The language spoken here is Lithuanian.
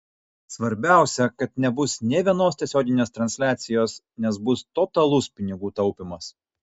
svarbiausia kad nebus nė vienos tiesioginės transliacijos nes bus totalus pinigų taupymas